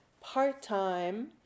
part-time